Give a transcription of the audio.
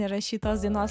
įrašytos dainos